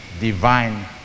divine